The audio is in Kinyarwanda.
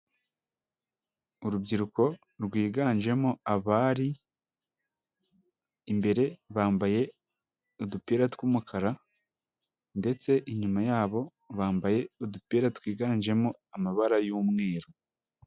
Urubyiruko rwiganjemo abari ,imbere bambaye udupira tw'umukara ndetse inyuma yabo bambaye udupira twiganjemo amabara y'umweru.